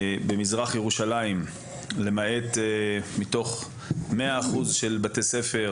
מתוך 100% בתי ספר